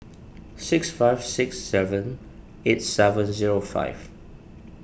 six five six seven eight seven zero five